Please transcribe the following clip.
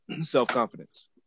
self-confidence